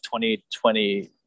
2020